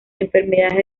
enfermedades